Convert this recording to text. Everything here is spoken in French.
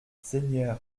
seigneur